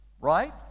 Right